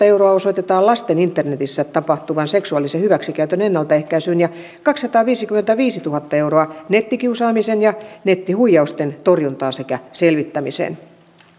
euroa osoitetaan lasten internetissä tapahtuvan seksuaalisen hyväksikäytön ennaltaehkäisyyn ja kaksisataaviisikymmentäviisituhatta euroa nettikiusaamisen ja nettihuijausten torjuntaan sekä selvittämiseen